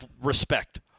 respect